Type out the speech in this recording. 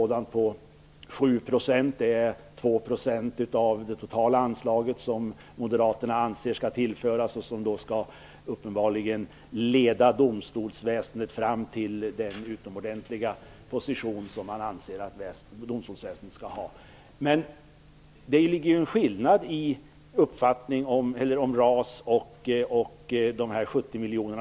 Moderaterna anser att ytterligare 2 % av det totala anslaget skall tillföras. Det skall då uppenbarligen leda domstolsväsendet fram till den utomordentliga position som moderaterna anser att domstolsväsendet skall ha. Men det finns en skillnad mellan RAS och de här 70 miljonerna.